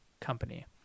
company